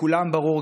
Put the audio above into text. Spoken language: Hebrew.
לכולם ברור,